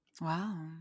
Wow